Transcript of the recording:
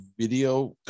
video